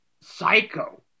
psycho